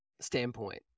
standpoint